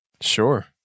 Sure